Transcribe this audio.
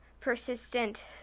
persistent